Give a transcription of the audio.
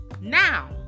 now